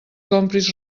compris